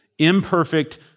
imperfect